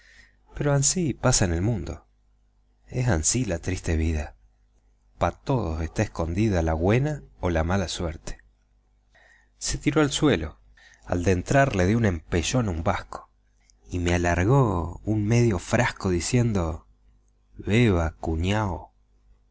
pero ansí pasa en el mundo es ansí la triste vida pa todos está escondida la güena o la mala suerte se tiró al suelo al dentrar le dio un empellón a un vasco y me alargó un medio frasco diciendo beba cuñao